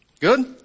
Good